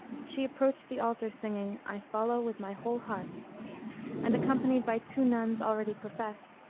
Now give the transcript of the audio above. she approached the altar singing, i follow with my whole heart and, accompanied by two nuns already professed,